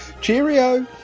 Cheerio